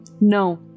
No